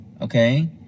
okay